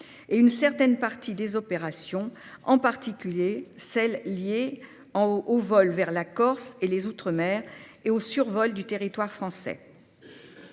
et une certaine partie des opérations, en particulier celles liées aux vols vers la Corse et les outre-mer et au survol du territoire français.